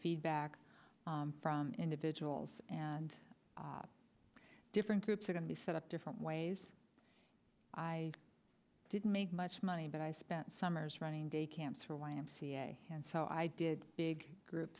feedback from individuals and different groups are going to be set up different ways i didn't make much money but i spent summers running day camps for y m c a and so i did big group